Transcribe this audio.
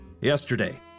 Yesterday